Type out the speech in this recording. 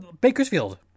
Bakersfield